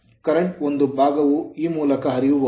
current ಒಂದು ಭಾಗವು ಈ ಮೂಲಕ ಹರಿಯಬಹುದು